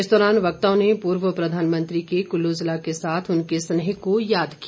इस दौरान वक्ताओं ने पूर्व प्रधानमंत्री को कुल्लू जिला के साथ उनके स्नेह को याद किया